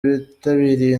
bitabiriye